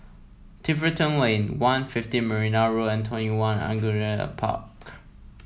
Tiverton Lane One fifteen Marina Road and TwentyOne Angullia Park